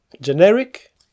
generic